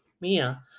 mia